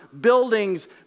buildings